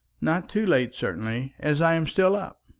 not too late, certainly as i am still up.